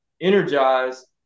energized